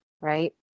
right